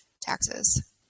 taxes